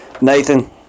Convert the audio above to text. Nathan